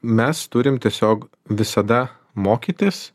mes turim tiesiog visada mokytis